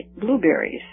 blueberries